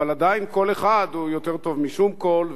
אבל עדיין קול אחד הוא יותר טוב משום קול,